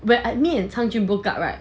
when me and tangjun broke up right